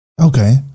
Okay